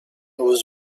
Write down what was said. was